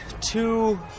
two